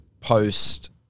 post